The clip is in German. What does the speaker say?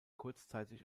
kurzzeitig